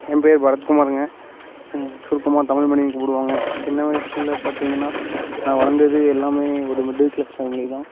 என் பெயர் பரத்குமாருங்க சுருக்கமாக தமிழ் மணினு கூப்பிடுவாங்க சின்ன வயசில் பார்த்திங்கன்னா நான் வளர்ந்தது எல்லாமே ஒரு மிடில் க்ளாஸ் ஃபேமிலி தான்